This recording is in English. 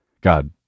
god